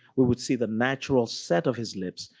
we would see the natural set of his lips,